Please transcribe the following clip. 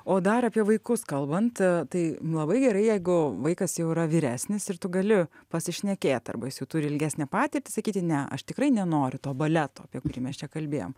o dar apie vaikus kalbant tai labai gerai jeigu vaikas jau yra vyresnis ir tu gali pasišnekėt arba jis jau turi ilgesnę patirtį sakyti ne aš tikrai nenoriu baleto apie kurį mes čia kalbėjom